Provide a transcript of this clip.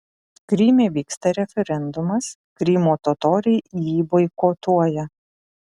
kryme vyksta referendumas krymo totoriai jį boikotuoja